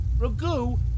Ragu